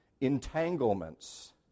Entanglements